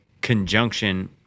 conjunction